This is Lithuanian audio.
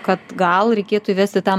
kad gal reikėtų įvesti tą